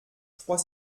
trois